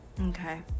Okay